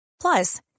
Plus